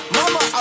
mama